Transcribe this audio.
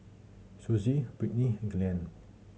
Susie Brittny Glen